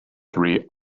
three